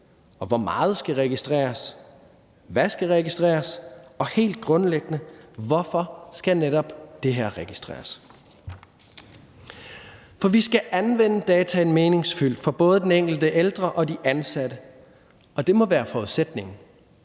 hvor meget skal registreres, og hvad skal registreres? Og helt grundlæggende: Hvorfor skal netop det registreres? For vi skal anvende data meningsfyldt for både den enkelte ældre og de ansatte, og det må være forudsætningen.